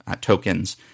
tokens